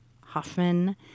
Hoffman